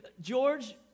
George